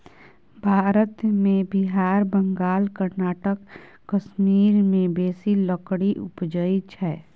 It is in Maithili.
भारत मे बिहार, बंगाल, कर्नाटक, कश्मीर मे बेसी लकड़ी उपजइ छै